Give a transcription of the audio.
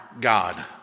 God